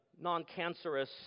non-cancerous